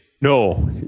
No